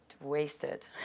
wasted